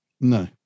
No